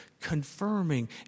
confirming